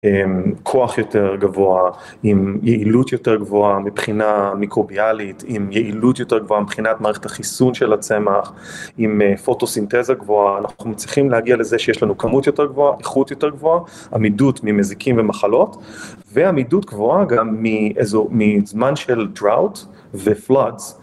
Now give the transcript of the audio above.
עם כוח יותר גבוה, עם יעילות יותר גבוהה מבחינה מיקרוביאלית, עם יעילות יותר גבוהה מבחינת מערכת החיסון של הצמח, עם פוטוסינתזה גבוהה, אנחנו צריכים להגיע לזה שיש לנו כמות יותר גבוהה, איכות יותר גבוהה, עמידות ממזיקים ומחלות, ועמידות גבוהה גם מזמן של drought ו floods.